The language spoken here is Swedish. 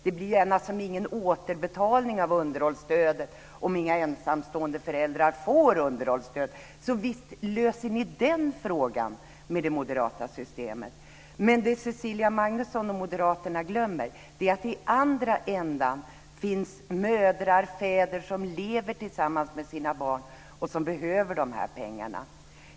Det blir ingen återbetalning av underhållsstöd, om inga ensamstående föräldrar får underhållsstöd. Visst löser ni den frågan med det moderata systemet, men det som Cecilia Magnusson och Moderaterna glömmer är att det i den andra ändan finns mödrar och fäder som lever tillsammans med sina barn och som behöver de här pengarna.